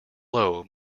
low